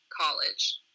college